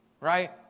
right